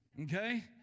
Okay